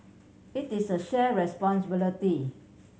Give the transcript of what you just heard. it is a shared responsibility